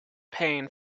pain